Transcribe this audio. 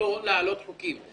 סמכותו להעלות חוקים.